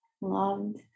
loved